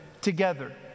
together